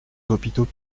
hôpitaux